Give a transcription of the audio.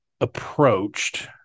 approached